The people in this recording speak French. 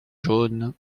jaune